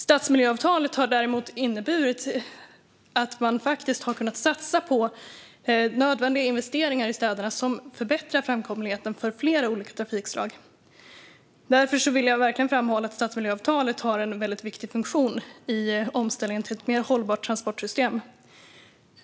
Stadsmiljöavtalet har dock inneburit att städerna faktiskt har kunnat satsa på nödvändiga investeringar som förbättrar framkomligheten för flera olika trafikslag. Därför vill jag verkligen framhålla att stadsmiljöavtalet har en viktig funktion i omställningen till ett mer hållbart transportsystem.